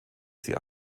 sie